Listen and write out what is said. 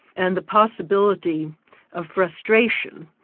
and the possibility of frustration,